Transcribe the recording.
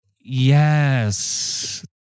Yes